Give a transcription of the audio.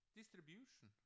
Distribution